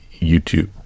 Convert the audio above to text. YouTube